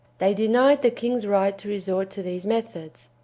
they denied the king's right to resort to these methods,